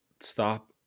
stop